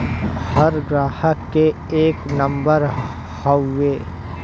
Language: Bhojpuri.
हर ग्राहक के एक नम्बर हउवे